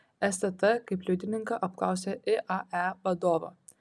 stt kaip liudininką apklausė iae vadovą